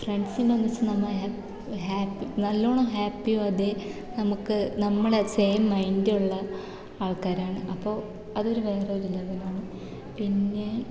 ഫ്രണ്ട്സിൻ്റെ ഒന്നിച്ച് നമ്മൾ ഹാപ്പി നല്ലോണം ഹാപ്പിയും അതേ നമുക്ക് നമ്മളെ സെയിം മൈൻഡുള്ള ആൾക്കാരാണ് അപ്പോൾ അതൊരു വേറെ ഒരു ലെവലാണ് പിന്നെ